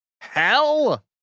Hell